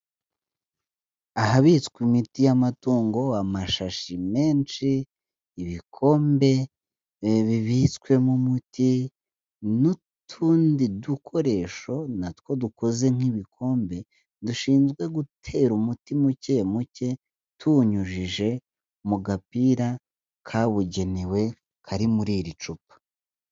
Ahabitswe imiti y'amatungo amashashi menshi, ibikombe bibiswemo umuti n'utundi dukoresho natwo dukoze nk'ibikombe dushinzwe gutera umuti muke muke tuwunyujije mu gapira kabugenewe kari muri iri cupa.